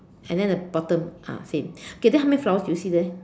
and then the bottom ah same okay then how many flowers do you see there